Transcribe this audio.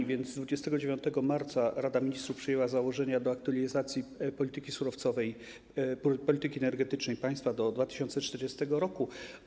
A więc 29 marca Rada Ministrów przyjęła założenia do aktualizacji polityki surowcowej, polityki energetycznej państwa do 2040 r.